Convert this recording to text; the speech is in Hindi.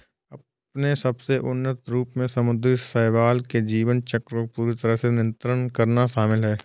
अपने सबसे उन्नत रूप में समुद्री शैवाल के जीवन चक्र को पूरी तरह से नियंत्रित करना शामिल है